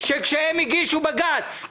שכאשר ארגוני הנשים הגישו בג"ץ,